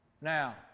Now